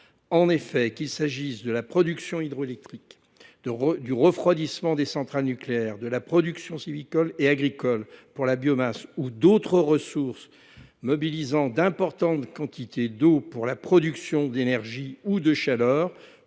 En effet, qu’il s’agisse de la production hydroélectrique, du refroidissement des centrales nucléaires, de la production sylvicole et agricole pour la biomasse ou d’autres ressources mobilisant d’importantes quantités d’eau pour la production d’énergie ou de chaleur